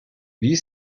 wie